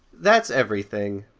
that's everything,